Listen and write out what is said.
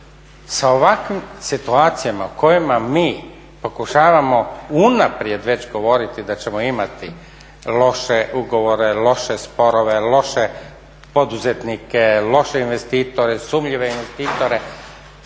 Sa ovakvim situacijama u kojima mi pokušavamo unaprijed već govoriti da ćemo imati loše ugovore, loše sporove, loše poduzetnike, loše investitore, sumnjive investitore